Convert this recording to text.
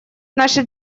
наша